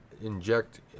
inject